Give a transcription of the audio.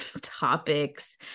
topics